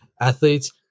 athletes